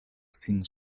sin